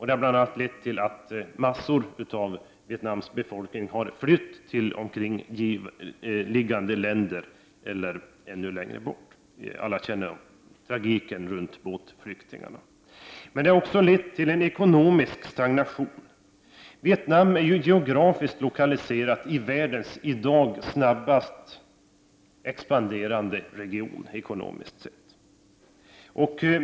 Det har bl.a. lett till att stora delar av Vietnams befolkning har flytt till omkringliggande länder eller ännu längre bort — alla känner till tragiken runt båtflyktingarna. Det har också lett till en ekonomisk stagnation. Vietnam är ju geografiskt lokaliserat i världens i dag snabbast expanderande region ekonomiskt sett.